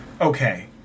Okay